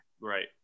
Right